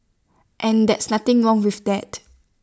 and that's nothing wrong with that